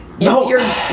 No